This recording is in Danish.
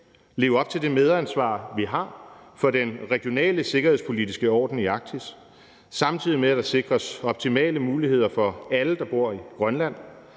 leve op til det medansvar, vi har for den regionale sikkerhedspolitiske orden i Arktis, samtidig med at der sikres optimale muligheder for alle, der bor i Grønland,